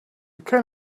can